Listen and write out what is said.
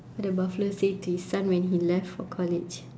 what the buffalo say to his son when he left for college